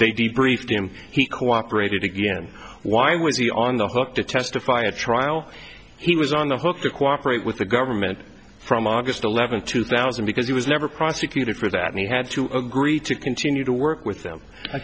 they debrief him he cooperated again why was he on the hook to testify at trial he was on the hook to cooperate with the government from august eleventh two thousand because he was never prosecuted for that and he had to agree to continue to work with them i